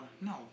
No